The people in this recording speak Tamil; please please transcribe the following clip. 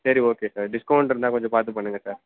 சரி ஓகே சார் டிஸ்கௌண்ட் இருந்தால் கொஞ்சம் பார்த்து பண்ணுங்க சார்